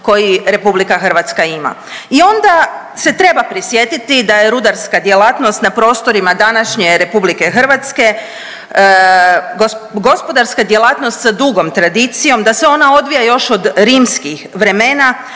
koji RH ima. I onda se treba prisjetiti da je rudarska djelatnost na prostorima današnje RH gospodarska djelatnost sa drugom tradicijom, da se ona odvija još od rimskih vremena,